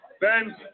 Ben